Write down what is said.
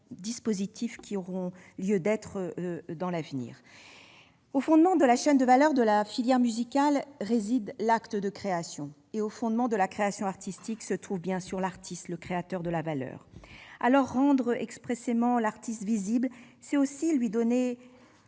dispositifs à instituer dans l'avenir. Au fondement de la chaîne de valeur de la filière musicale réside l'acte de création, et au fondement de la création artistique se trouve bien sûr l'artiste, le créateur de la valeur. Rendre l'artiste visible, c'est donner